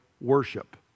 worship